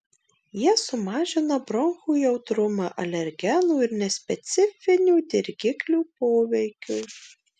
jie sumažina bronchų jautrumą alergenų ir nespecifinių dirgiklių poveikiui